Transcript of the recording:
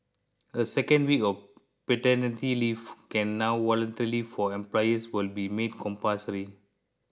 a second week of paternity leave can now voluntary for employers will be made compulsory